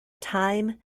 time